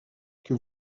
que